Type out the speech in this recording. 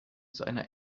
seiner